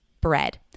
bread